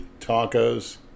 tacos